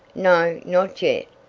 no, not yet,